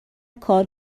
کار